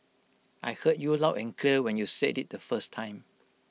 I heard you loud and clear when you said IT the first time